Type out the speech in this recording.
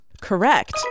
Correct